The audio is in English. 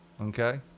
Okay